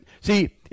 See